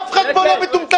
אף אחד פה לא מטומטם.